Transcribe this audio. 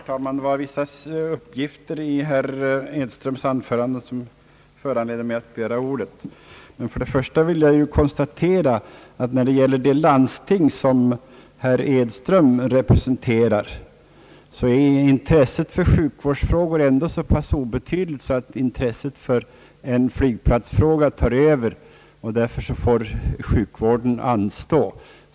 Herr talman! Det var vissa uppgifter i herr Edströms anförande som föranledde mig att begära ordet. För det första vill jag konstatera att när det gäller det landsting som herr Edström representerar är intresset för sjukvårdsfrågor alltså så pass obetydligt att intresset för en flygplatsfråga tar över, och därför får sjukvården anstå.